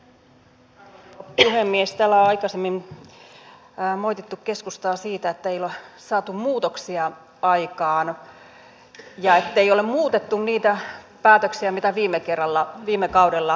täällä on aikaisemmin moitittu keskustaa siitä että ei ole saatu muutoksia aikaan ja ettei ole muutettu niitä päätöksiä mitä viime kaudella on tehty